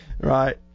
Right